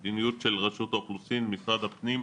היא מדיניות של רשות האוכלוסין, משרד הפנים.